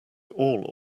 all